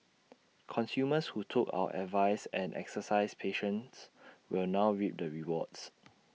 consumers who took our advice and exercised patience will now reap the rewards